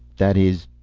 that is,